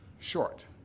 short